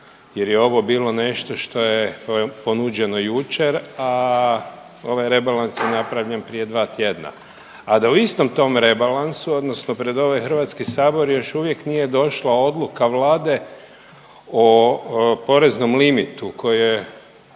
jer je ovo bilo nešto što je ponuđeno jučer, a ovaj rebalans je napravljen prije dva tjedna a da u istom tom rebalansu, odnosno pred ovaj Hrvatski sabor još uvijek nije došla odluka Vlade o poreznom limitu koji